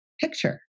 picture